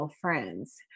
friends